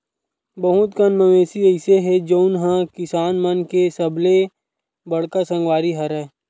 बहुत कन मवेशी अइसे हे जउन ह किसान मन के सबले बड़का संगवारी हरय